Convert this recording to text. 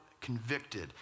Convicted